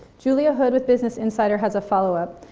julia hood with business insider has a follow up.